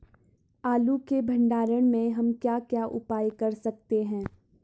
आलू के भंडारण में हम क्या क्या उपाय कर सकते हैं?